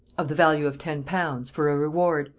of the value of ten pounds, for a reward,